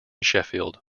sheffield